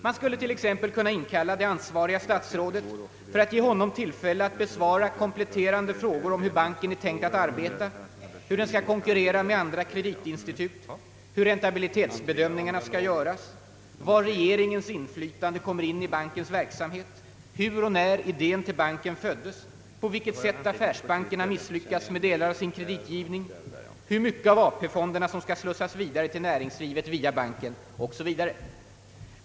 Man skulle t.ex. kunna inkalla det ansvariga statsrådet för att ge honom tillfälle att besvara kompletterande frågor om hur banken är tänkt att arbeta, hur den skall konkurrera med andra kreditinstitut, hur räntabilitetsbedömningarna skall göras, var regeringens inflytande kommer in i bankens verksamhet, hur och när idén till banken föddes, på vilket sätt affärsbankerna misslyckats med delar av sin kreditgivning, hur mycket av AP-fonderna som skall slussas vidare till näringslivet via banken, o. s. v.